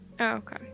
Okay